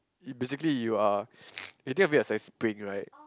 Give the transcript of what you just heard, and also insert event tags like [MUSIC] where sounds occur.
it basically you are [NOISE] when you think of it as like spring right